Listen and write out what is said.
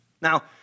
Now